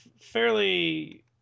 fairly